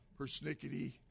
persnickety